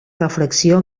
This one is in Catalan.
refracció